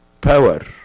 power